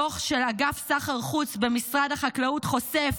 דוח של אגף סחר חוץ במשרד החקלאות חושף